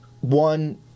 One